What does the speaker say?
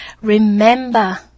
remember